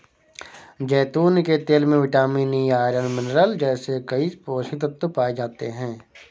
जैतून के तेल में विटामिन ई, आयरन, मिनरल जैसे कई पोषक तत्व पाए जाते हैं